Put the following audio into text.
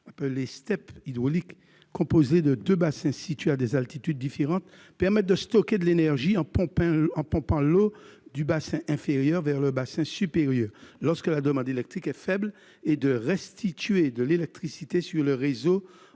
pompage (STEP) hydraulique, composées de deux bassins situés à des altitudes différentes, permettent de stocker de l'énergie en pompant l'eau du bassin inférieur vers le bassin supérieur lorsque la demande électrique est faible et de restituer de l'électricité sur le réseau